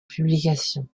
publication